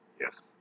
Yes